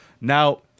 Now